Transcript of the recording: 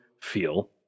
feel